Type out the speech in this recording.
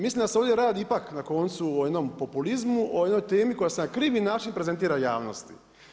Mislim da se ovdje radi ipak na koncu o jednom populizmu, o jednoj temi koja se na krivi način prezentira javnosti.